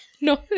No